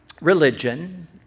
religion